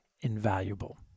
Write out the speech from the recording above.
invaluable